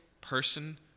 person